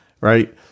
right